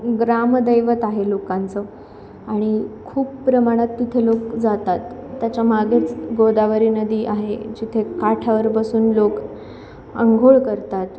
ग्रामदैवत आहे लोकांचं आणि खूप प्रमाणात तिथे लोक जातात त्याच्यामागेच गोदावरी नदी आहे जिथे काठावर बसून लोक अंघोळ करतात